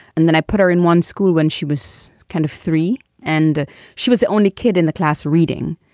and then i put her in one school when she was kind of three and she was the only kid in the class reading.